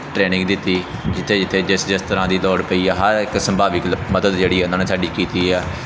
training ਦਿੱਤੀ ਜਿੱਥੇ ਜਿੱਥੇ ਜਿਸ ਜਿਸ ਤਰ੍ਹਾਂ ਦੀ ਦੌੜ ਪਈ ਆ ਹਰ ਇੱਕ ਸੰਭਾਵਿਕ ਮਦਦ ਜਿਹੜੀ ਆ ਉਹਨਾਂ ਨੇ ਸਾਡੀ ਕੀਤੀ ਆ